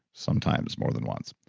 sometimes more than once.